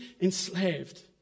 enslaved